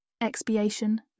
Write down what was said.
expiation